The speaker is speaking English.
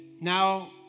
now